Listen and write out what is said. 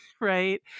right